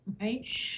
right